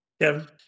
Kevin